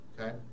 Okay